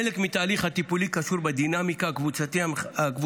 חלק מהתהליך הטיפולי קשור בדינמיקה הקבוצתית